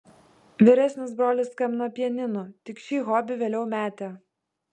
vyresnis brolis skambino pianinu tik šį hobį vėliau metė